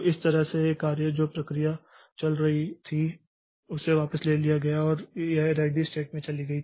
तो इस तरह से यह कार्य जो प्रक्रिया यहां चल रही थी उसे वापस ले लिया गया और यह रेडी़ स्टेट में चली गई